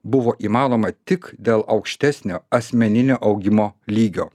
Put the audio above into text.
buvo įmanoma tik dėl aukštesnio asmeninio augimo lygio